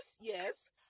yes